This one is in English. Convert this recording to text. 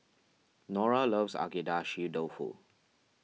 Nora loves Agedashi Dofu